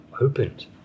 opened